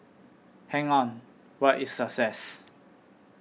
hang on what is success